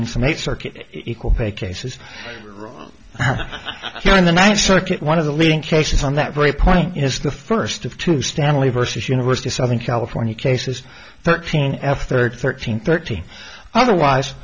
in from a circuit equal pay cases in the ninth circuit one of the leading cases on that very point is the first of two stanley versus university southern california cases thirteen f third thirteen thirteen otherwise